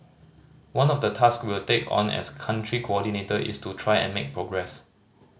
one of the task we'll take on as Country Coordinator is to try and make progress